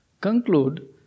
Conclude